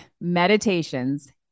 meditations